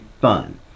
fun